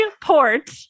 Port